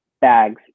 bags